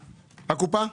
הקופה?